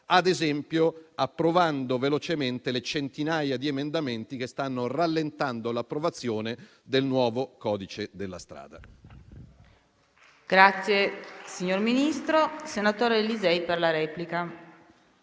ad esempio, approvando velocemente le centinaia di emendamenti che stanno rallentando l'approvazione del nuovo codice della strada.